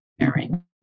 sharing